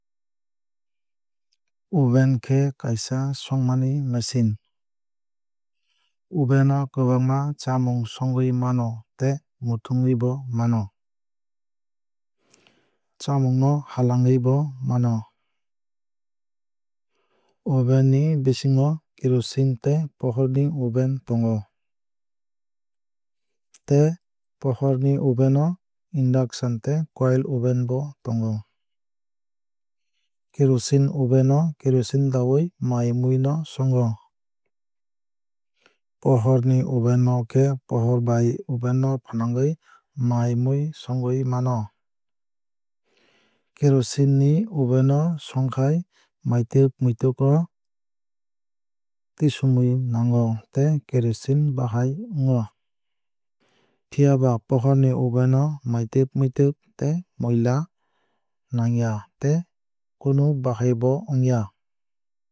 Oven khe kaisa songmani machine. Oven no kwbangma chamung songwui mano tei muthungwui bo mano. Chamung no halangwui bo mano. Oven ni bisingo kerosene tei pohor ni oven tongo. Tei pohor ni oven no induction tei coil oven bo tongo. Kerosene oven no kerosene dawui mai mui no songo. Pohor ni oven no khe pohor bai oven no fwnangwui mai mui songwui mano. Kerosene ni oven no songkhai maitwk muitwk o tisumui nango tei kerosene bahai bo wngo. Phiaba pohor ni oven maitwk muitwk o moila nangya tei kunu bahai bo wngya.